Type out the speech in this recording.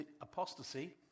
apostasy